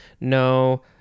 No